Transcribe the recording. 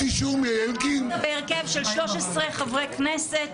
בהרכב של 13 חברי כנסת.